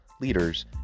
leaders